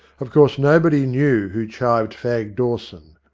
of course nobody knew who chived fag dawson.